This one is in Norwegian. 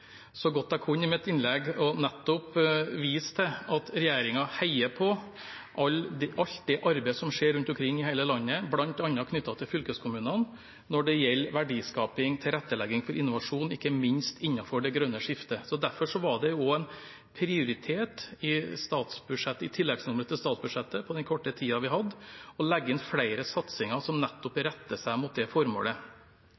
så godt jeg kunne i mitt innlegg nettopp å vise til at regjeringen heier på alt arbeidet som skjer rundt omkring i hele landet, bl.a. knyttet til fylkeskommunene, når det gjelder verdiskaping og tilrettelegging for innovasjon – ikke minst innenfor det grønne skiftet. Derfor var det også en prioritet i tilleggsnummeret til statsbudsjettet – på den korte tiden vi hadde – å legge inn flere satsinger som nettopp